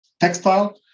textile